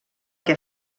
que